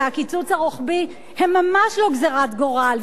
והקיצוץ הרוחבי הם ממש לא גזירת גורל,